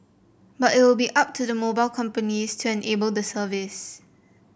but it will be up to the mobile companies to enable the service